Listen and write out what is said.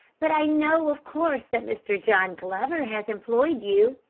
but i know, of course, that mr. john glover has employed you.